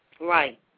Right